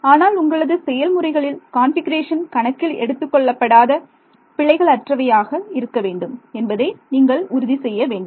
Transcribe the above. ஆனால் உங்களது செயல்முறைகளில் கான்பிகுரேஷன் கணக்கில் எடுத்துக் கொள்ளப்படாத பிழைகள் அற்றவையாக இருக்க வேண்டும் என்பதை நீங்கள் உறுதி செய்ய வேண்டும்